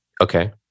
Okay